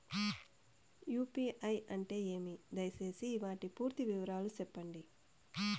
UPI అంటే ఏమి? దయసేసి వాటి పూర్తి వివరాలు సెప్పండి?